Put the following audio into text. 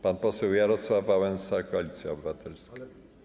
Pan poseł Jarosław Wałęsa, Koalicja Obywatelska.